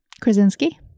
Krasinski